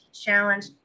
challenge